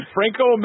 Franco